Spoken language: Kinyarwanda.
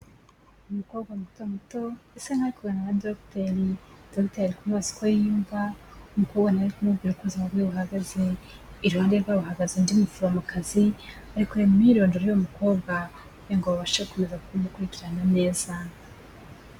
Umukobwa muto muto usa nkaho ari kuganira na dogiteri, dogiteri ari kumubaza umukobwa nawe akamubwira uko ubuzima bwe buhagaze, iruhande rwe hahagaze undi muforomokazi, ari kureba imyirondoro y'uwo mukobwa, kugira ngo babashe kuza kubimukurikiranira neza.